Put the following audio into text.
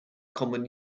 common